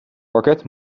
parket